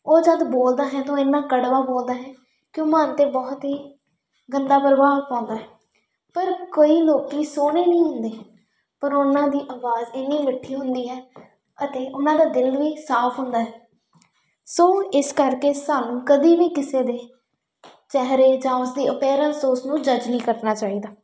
ਉਹ ਜਦੋਂ ਬੋਲਦਾ ਹੈ ਤਾਂ ਉਹ ਇੰਨਾ ਕੜਵਾ ਬੋਲਦਾ ਹੈ ਕਿ ਉਹ ਮਨ 'ਤੇ ਬਹੁਤ ਹੀ ਗੰਦਾ ਪ੍ਰਭਾਵ ਪਾਉਂਦਾ ਹੈੇ ਪਰ ਕੋਈ ਲੋਕ ਸੋਹਣੇ ਨਹੀਂ ਹੁੰਦੇ ਪਰ ਉਹਨਾਂ ਦੀ ਆਵਾਜ਼ ਇੰਨੀ ਮਿੱਠੀ ਹੁੰਦੀ ਹੈ ਅਤੇ ਉਹਨਾਂ ਦਾ ਦਿਲ ਵੀ ਸਾਫ਼ ਹੁੰਦਾ ਹੈ ਸੋ ਇਸ ਕਰਕੇ ਸਾਨੂੰ ਕਦੀ ਵੀ ਕਿਸੇ ਦੇ ਚਿਹਰੇ ਜਾਂ ਉਸਦੀ ਅਪੀਅਰੈਂਸ ਤੋਂ ਉਸਨੂੰ ਜੱਜ ਨਹੀਂ ਕਰਨਾ ਚਾਹੀਦਾ